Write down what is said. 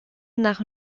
nach